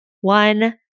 one